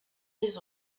les